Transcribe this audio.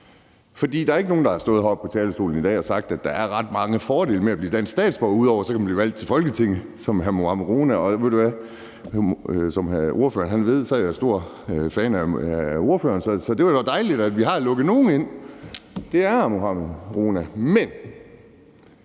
Der er ikke nogen, der har stået heroppe på talerstolen i dag og sagt, at der er ret mange fordele ved at blive dansk statsborger, ud over at man så kan blive valgt til Folketinget som hr. Mohammad Rona. Som ordføreren ved, er jeg stor fan af ordføreren, så det var da dejligt, at vi har lukket nogen ind. Virkeligheden er